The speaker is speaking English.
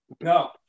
No